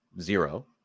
zero